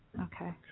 Okay